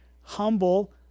humble